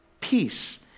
Peace